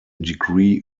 degree